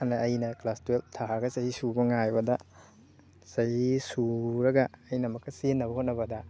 ꯑꯅ ꯑꯩꯅ class twelve ꯊꯥꯔꯒ ꯆꯍꯤ ꯁꯨꯕ ꯉꯥꯏꯕꯗ ꯆꯍꯤ ꯁꯨꯔꯒ ꯑꯩꯅ ꯑꯃꯨꯛꯀ ꯆꯦꯟꯅꯕ ꯍꯣꯠꯅꯕꯗ